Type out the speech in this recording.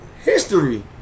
History